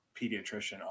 pediatrician